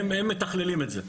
הם מתכללים את זה.